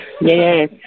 yes